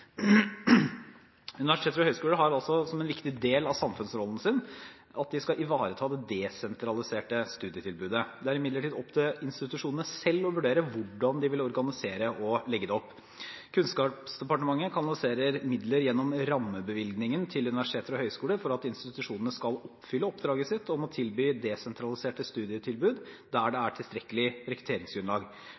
Universiteter og høyskoler har altså som en viktig del av samfunnsrollen sin at de skal ivareta det desentraliserte studietilbudet. Det er imidlertid opp til institusjonene selv å vurdere hvordan de vil organisere og legge det opp. Kunnskapsdepartementet kanaliserer midler gjennom rammebevilgningen til universiteter og høyskoler for at institusjonene skal oppfylle oppdraget sitt om å tilby desentraliserte studietilbud der det er tilstrekkelig rekrutteringsgrunnlag,